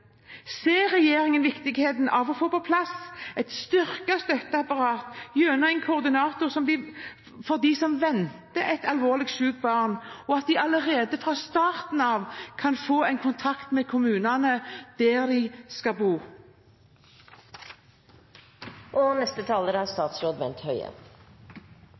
Ser regjeringen viktigheten av å få på plass et styrket støtteapparat gjennom en koordinator for dem som venter et alvorlig sykt barn, slik at de allerede fra starten av kan få en kontakt med kommunen der de skal bo?